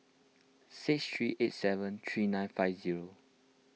six three eight seven three nine five zero